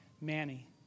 Manny